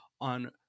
on